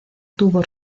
tuvo